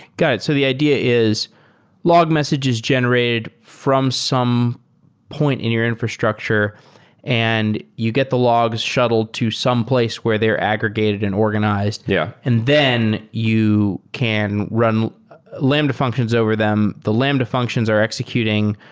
got it. so the idea is log messages generated from some point in your infrastructure and you get the logs shuttled to some place where they're aggregated and organized. yeah and then you can run lambda functions over them. the lambda functions are executing.